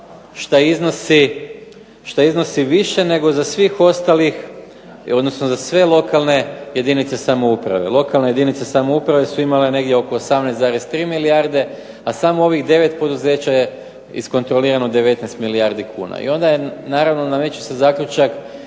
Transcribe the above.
šta iznosi više nego za svih ostalih odnosno za sve lokalne jedinice lokalne samouprave. Lokalne jedinice samouprave su imale negdje 18,3 milijarde a samo ovih 9 poduzeća je iskontrolirano 19 milijardi kuna. I onda naravno nameće se zaključak